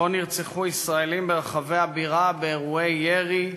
שבו נרצחו ישראלים ברחבי הבירה באירועי ירי,